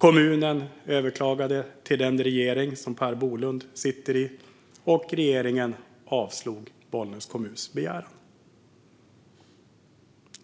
Då överklagade kommunen till den regering som Per Bolund sitter i, och regeringen avslog Bollnäs kommuns begäran.